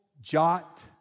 jot